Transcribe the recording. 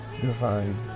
Divine